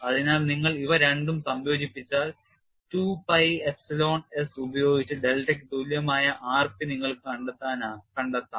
അതിനാൽ നിങ്ങൾ ഇവ രണ്ടും സംയോജിപ്പിച്ചാൽ 2pi എപ്സിലോൺ s ഉപയോഗിച്ച് ഡെൽറ്റയ്ക്ക് തുല്യമായ rp നിങ്ങൾക്ക് കണ്ടെത്താം